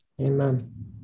Amen